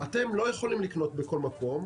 'אתם לא יכולים לקנות בכל מקום,